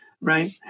right